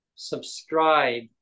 subscribe